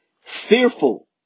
Fearful